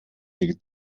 ihr